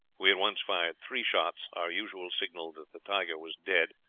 we at once fired three shots, our usual signal that the tiger was dead,